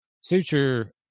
suture